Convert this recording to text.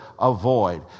avoid